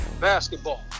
Basketball